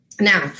Now